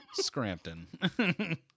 Scrampton